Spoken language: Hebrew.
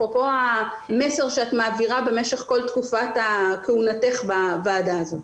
אפרופו המסר שאת מעבירה במשך כל תקופת כהונתך בוועדה הזאת.